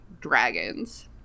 dragons